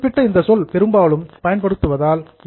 குறிப்பிட்ட இந்த சொல் பெரும்பாலும் பயன்படுத்துவதால் என்